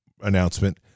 announcement